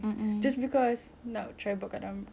tapi pernah buat rasa dia lain